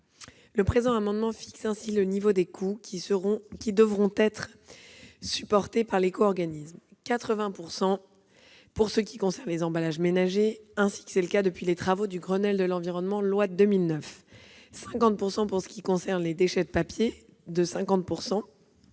Le présent amendement fixe ainsi le taux de prise en charge des coûts qui devront être supportés par l'éco-organisme : 80 % pour ce qui concerne les emballages ménagers, comme c'est le cas depuis les travaux du Grenelle de l'environnement et la loi de 2009, 50 % pour ce qui concerne les déchets papier, ce qui